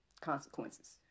consequences